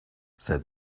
said